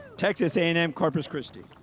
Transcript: texas a and m corpus christi.